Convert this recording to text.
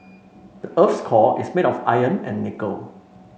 the earth's core is made of iron and nickel